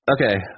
Okay